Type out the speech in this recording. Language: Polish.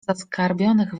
zaskarbionych